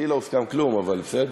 אתי לא הוסכם כלום, אבל בסדר.